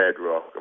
bedrock